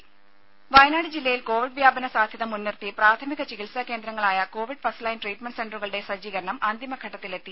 രേര വയനാട് ജില്ലയിൽ കോവിഡ് വ്യാപന സാധ്യത മുൻനിർത്തി പ്രാഥമിക ചികിത്സാ കേന്ദ്രങ്ങളായ കോവിഡ് ഫസ്റ്റ്ലൈൻ ട്രീറ്റ്മെന്റ് സെന്ററുകളുടെ സജ്ജീകരണം അന്തിമഘട്ടത്തിലെത്തി